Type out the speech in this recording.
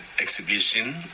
exhibition